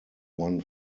one